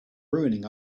ruining